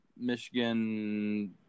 Michigan